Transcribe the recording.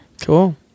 Cool